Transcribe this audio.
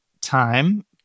time